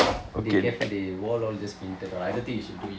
dey careful dey wall all just painted all I don't think you should do it